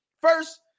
First